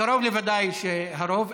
קרוב לוודאי שהרוב,